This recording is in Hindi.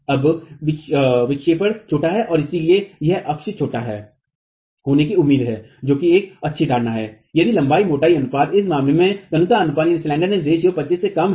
अब विक्षेपण छोटा हैं और इसलिए यह अक्षीय छोटा होने की उम्मीद नहीं है जो कि एक अच्छी धारणा है यदि लंबाई मोटाई अनुपात इस मामले में अनुता अनुपात 25 से कम है